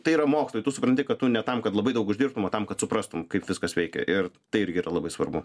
tai yra mokslai tu supranti kad tu ne tam kad labai daug uždirbtum o tam kad suprastum kaip viskas veikia ir tai irgi yra labai svarbu